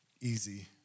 easy